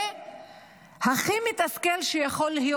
זה הכי מתסכל שיכול להיות.